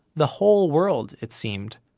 the whole world, it seemed,